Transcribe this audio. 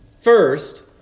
First